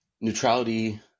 Neutrality